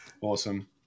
Awesome